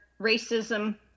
racism